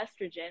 estrogen